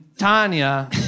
Tanya